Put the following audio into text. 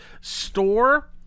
store